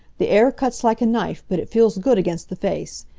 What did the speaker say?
the air cuts like a knife, but it feels good against the face.